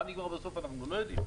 מה נגמר בסוף, אנחנו לא יודעים.